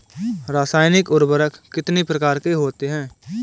रासायनिक उर्वरक कितने प्रकार के होते हैं?